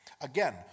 Again